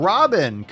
Robin